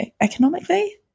economically